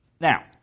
Now